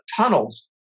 tunnels